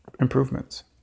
improvements